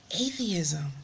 atheism